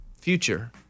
future